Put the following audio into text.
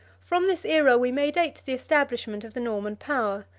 from this aera we may date the establishment of the norman power,